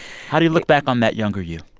how do you look back on that younger you?